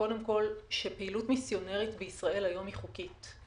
פעילות מסיונרית בישראל היא חוקית,